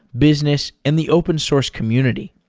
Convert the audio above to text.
business and the open source community.